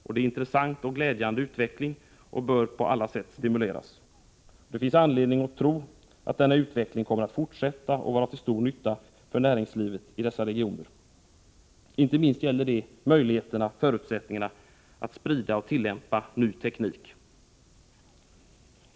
Det är en intressant och glädjande utveckling som bör på alla sätt stimuleras. Det finns anledning att tro att denna utveckling kan fortsätta och vara till stor nytta för näringslivet i dessa regioner. Inte minst gäller det förutsättningarna att sprida och tillämpa ny teknik.